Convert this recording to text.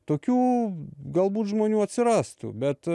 tokių galbūt žmonių atsirastų bet